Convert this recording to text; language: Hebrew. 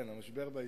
כן, המשבר ביצוא.